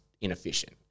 inefficient